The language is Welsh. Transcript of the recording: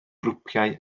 grwpiau